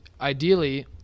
ideally